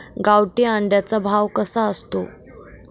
गावठी अंड्याचा भाव कसा असतो?